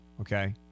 Okay